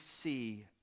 see